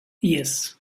yes